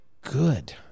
good